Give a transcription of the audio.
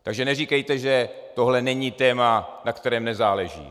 Takže neříkejte, že tohle není téma, na kterém nezáleží.